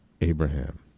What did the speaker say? Abraham